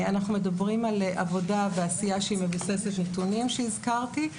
אנחנו מדברים על עבודה ועל עשייה שהיא מבוססת נתונים שהזכרתי.